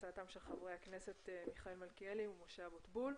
הצעתם של חברי הכנסת מיכאל מלכיאלי ומשה אבוטבול.